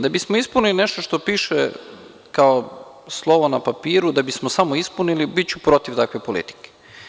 Da bismo ispunili nešto što piše kao slovo na papiru, da bismo samo ispunili, biću protiv takve politike.